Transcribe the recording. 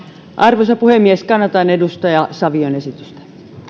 arvoisa puhemies kannatan edustaja savion esitystä